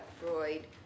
Freud